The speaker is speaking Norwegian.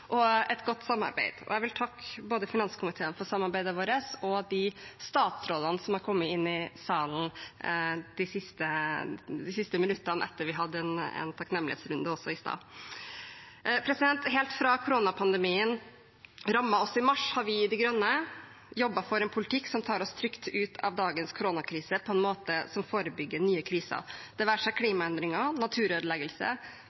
og merke, og et godt samarbeid, og jeg vil takke både finanskomiteen for samarbeidet, og de statsrådene som har kommet inn i salen de siste minuttene etter at vi hadde en takknemlighetsrunde også i stad. Helt fra koronapandemien rammet oss i mars, har vi i De Grønne jobbet for en politikk som tar oss trygt ut av dagens koronakrise på en måte som forebygger nye kriser,